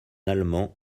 allemand